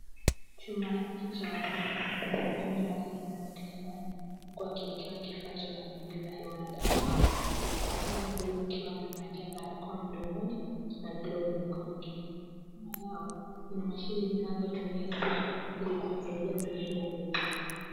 Chumba hiki cha wagonjwa Kuna mgonjwa aliyelazwa kitandani huku akiwekewa kifaa cha kuongeza hewa na daktari. Daktari huyo akiwa amevalia barakoa mdomoni na glovu mkononi. Nyuma yao kuna mashine zinazotumia stima ili kumsaidia mgonjwa huyu.